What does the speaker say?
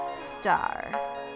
star